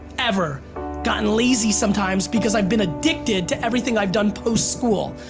ever gotten lazy sometimes, because i've been addicted to everything i've done post school.